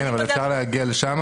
אפשר להגיע לשם